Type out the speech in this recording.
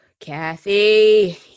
Kathy